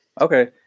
Okay